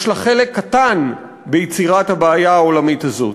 יש לה חלק קטן ביצירת הבעיה העולמית הזאת.